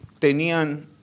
tenían